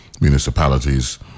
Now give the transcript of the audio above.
municipalities